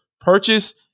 purchase